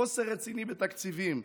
חוסר רציני בתקציבים,